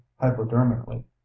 hypodermically